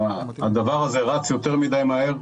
הדבר הזה רץ יותר מדי מהר,